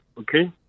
Okay